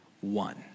one